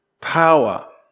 power